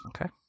Okay